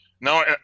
No